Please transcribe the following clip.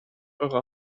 eure